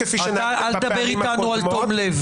אתה, אל תדבר איתנו על תום לב.